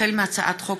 החל מהצעת חוק